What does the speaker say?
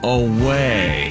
away